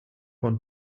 want